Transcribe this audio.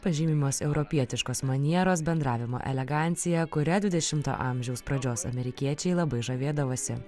pažymimos europietiškos manieros bendravimo elegancija kuria dvidešimto amžiaus pradžios amerikiečiai labai žavėdavosi